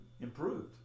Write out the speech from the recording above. improved